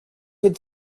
could